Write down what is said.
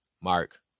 Mark